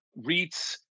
REITs